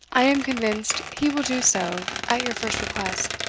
i am convinced he will do so at your first request.